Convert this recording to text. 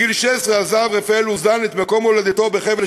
בגיל 16 עזב רפאל אוזן את מקום הולדתו בחבל